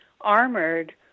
armored